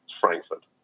Frankfurt